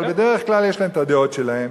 אבל בדרך כלל יש להם הדעות שלהם,